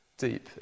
deep